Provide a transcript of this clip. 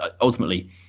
Ultimately